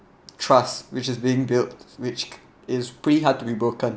trust which is being built which is pretty hard to be broken